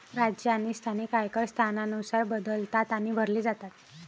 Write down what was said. राज्य आणि स्थानिक आयकर स्थानानुसार बदलतात आणि भरले जातात